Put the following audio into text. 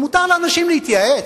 ומותר לאנשים להתייעץ,